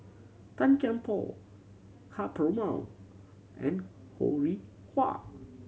Tan Kian Por Ka Perumal and Ho Rih Hwa